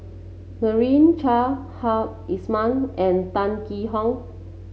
Meira Chand Hamed Ismail and Tan Yee Hong